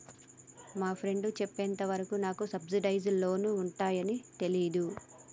మా ఫ్రెండు చెప్పేంత వరకు నాకు సబ్సిడైజ్డ్ లోన్లు ఉంటయ్యని తెలీదు